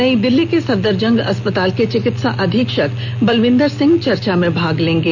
नई दिल्ली के सफदरजंग अस्पताल के चिकित्सा अधीक्षक बलविंदर सिंह चर्चा में भाग लेंगे